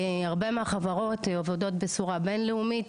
הרבה מהחברות עובדות בצורה בינלאומית